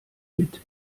mit